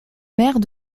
mères